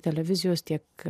televizijos tiek